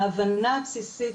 ההבנה הבסיסית